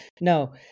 No